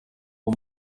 uwo